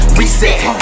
reset